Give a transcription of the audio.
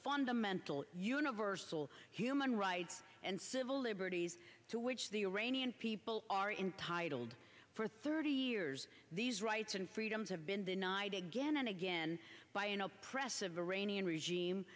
fundamental universal human rights and civil liberties to which the iranian people are entitled for thirty years these rights and freedoms have been denied again and again by an oppressive iranian regime